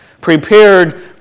prepared